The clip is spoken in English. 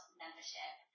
membership